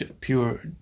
pure